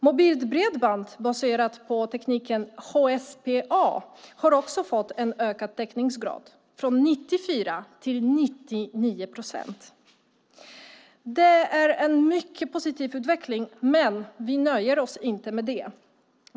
Mobilt bredband baserat på tekniken HSPA har också fått en ökad täckningsgrad, från 94 till över 99 procent. Det är en mycket positiv utveckling, men vi nöjer oss inte med det.